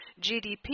GDP